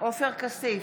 עופר כסיף,